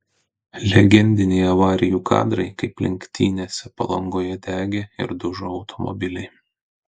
legendiniai avarijų kadrai kaip lenktynėse palangoje degė ir dužo automobiliai